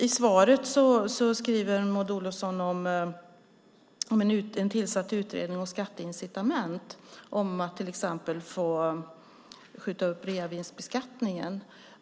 I svaret skriver Maud Olofsson om en tillsatt utredning om skatteincitament för att till exempel få skjuta upp reavinstbeskattningen.